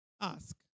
ask